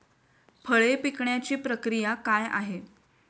फळे पिकण्याची प्रक्रिया काय आहे?